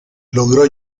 logró